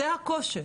זה הקושי,